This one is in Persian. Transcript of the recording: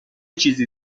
چیزی